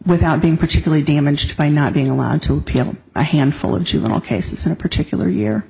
without being particularly damaged by not being allowed to appeal a handful of juvenile cases in a particular